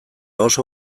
oso